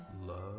love